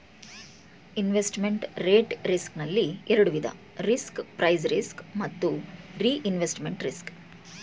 investment rate risk ನಲ್ಲಿ ಎರಡು ವಿಧ ರಿಸ್ಕ್ ಪ್ರೈಸ್ ರಿಸ್ಕ್ ಮತ್ತು ರಿಇನ್ವೆಸ್ಟ್ಮೆಂಟ್ ರಿಸ್ಕ್